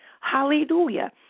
Hallelujah